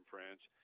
France